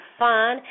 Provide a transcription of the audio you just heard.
fun